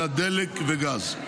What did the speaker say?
אלא דלק וגז.